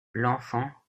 l’enfant